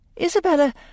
isabella